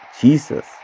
jesus